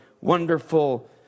wonderful